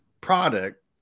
product